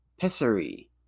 pessary